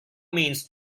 means